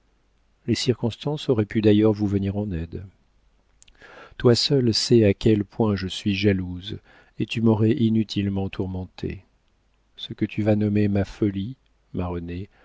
les circonstances auraient pu d'ailleurs vous venir en aide toi seule sais à quel point je suis jalouse et tu m'aurais inutilement tourmentée ce que tu vas nommer ma folie ma renée